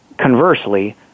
conversely